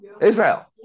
israel